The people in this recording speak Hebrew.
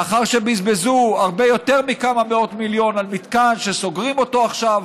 לאחר שבזבזו הרבה יותר מכמה מאות מיליונים על מתקן שסוגרים אותו עכשיו.